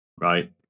right